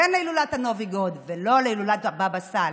כן להילולת הנובי גוד ולא להילולת הבבא סאלי.